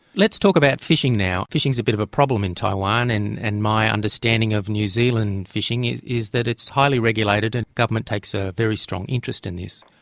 let's talk about fishing now. fishing is a bit of a problem in taiwan, and and my understanding of new zealand fishing is is that it's highly regulated and government takes a very strong interest in this.